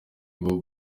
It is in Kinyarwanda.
uko